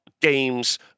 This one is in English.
games